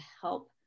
help